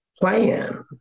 plan